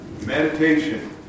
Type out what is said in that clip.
Meditation